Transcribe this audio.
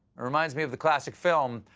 reminded me of the classic film,